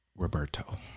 Roberto